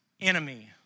enemy